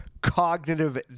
cognitive